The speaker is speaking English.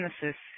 genesis